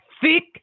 thick